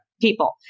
people